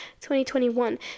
2021